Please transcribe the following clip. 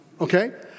Okay